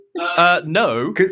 No